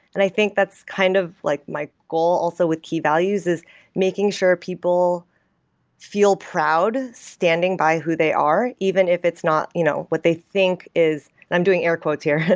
and i think that's kind of like my goal also with key values is making sure people feel proud standing by who they are, even if it's not you know what they think is i'm doing air quotes here.